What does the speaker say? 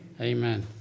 Amen